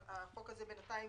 החוק הזה בינתיים